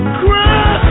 cry